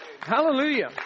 hallelujah